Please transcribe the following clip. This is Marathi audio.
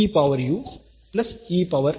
e power u plus e power वजा v